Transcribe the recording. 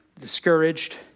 discouraged